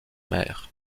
maire